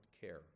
care